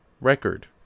record